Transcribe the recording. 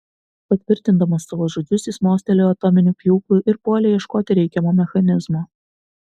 patvirtindamas savo žodžius jis mostelėjo atominiu pjūklu ir puolė ieškoti reikiamo mechanizmo